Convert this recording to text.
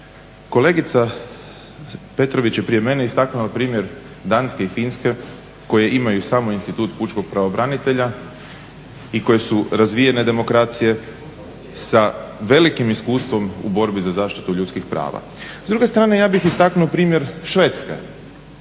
Kolegica Petrović je prije mene istaknula primjer Danske i Finske koje imaju samo institut pučkog pravobranitelja i koje su razvijene demokracije sa velikim iskustvom u borbi za zaštitu ljudskih prava. S druge strane ja bih istaknuo primjer Švedske.